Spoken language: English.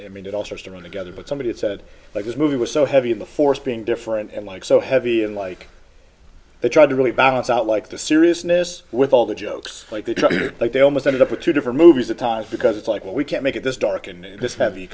mean it all seems to run together but somebody said like this movie was so heavy in the force being different and like so heavy in like they tried to really balance out like the seriousness with all the jokes like they're treated like they almost ended up with two different movies at times because it's like well we can't make it this dark and this heavy